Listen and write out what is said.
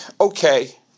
okay